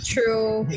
True